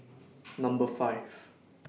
Number five